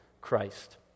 Christ